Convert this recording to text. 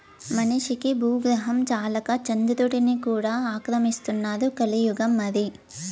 మనిషికి బూగ్రహం చాలక చంద్రుడ్ని కూడా ఆక్రమిస్తున్నారు కలియుగం మరి